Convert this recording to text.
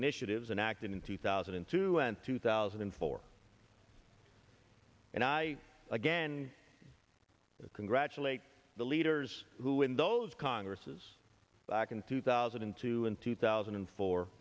initiatives and acted in two thousand and two and two thousand and four and i again congratulate the leaders who in those congresses back in two thousand and two and two thousand and